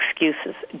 excuses